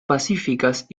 pacíficas